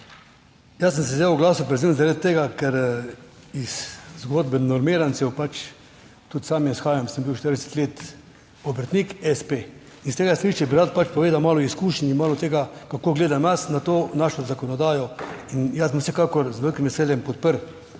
Jaz sem se zdaj oglasil predvsem zaradi tega, ker iz zgodbe normirancev pač tudi sam izhajam, sem bil 40 let obrtnik espe in s tega stališča bi rad pač povedal malo izkušenj in malo tega, kako gledam jaz na to našo zakonodajo in jaz bom vsekakor z velikim veseljem podprl